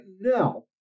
now